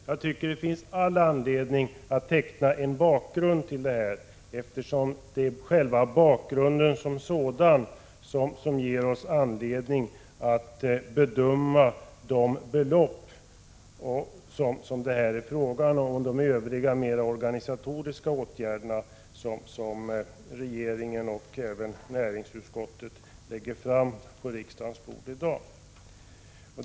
Jag tycker att det finns skäl för att teckna en bakgrund till den här debatten, eftersom det är bakgrunden som ger oss anledning att bedöma de belopp som det här är fråga om och de mera organisatoriska åtgärder som regeringen och även näringsutskottet lägger fram förslag om på riksdagens bord.